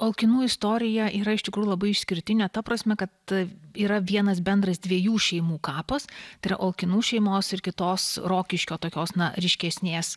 olkinų istorija yra iš tikrųjų labai išskirtinė ta prasme kad yra vienas bendras dviejų šeimų kapas tai yra olkinų šeimos ir kitos rokiškio tokios na ryškesnės